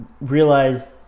realized